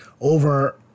over